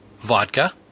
vodka